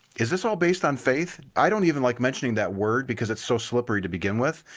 is this all based on faith? i don't even like mentioning that word because it's so slippery to begin with.